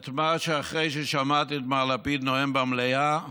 אחרי ששמעתי את מר לפיד נואם במליאה,